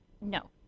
no